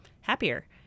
happier